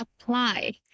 apply